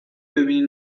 ببینین